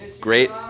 Great